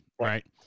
Right